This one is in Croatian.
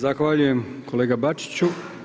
Zahvaljujem kolega Bačiću.